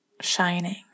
shining